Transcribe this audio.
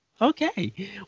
Okay